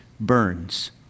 burns